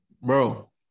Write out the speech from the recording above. Bro